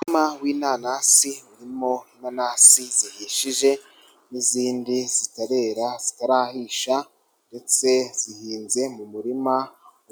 Umurima w'inanasi, urimo inanasi zihishije n'izindi zitarera, zitarahisha ndetse zihinze mu murima